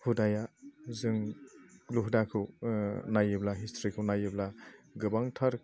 हुदाया जों हुदाखौ नायोब्ला हिसथ्रिखौ नायोब्ला गोबांथार